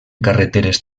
carreteres